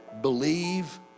Believe